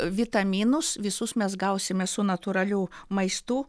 vitaminus visus mes gausime su natūraliu maistu